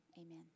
amen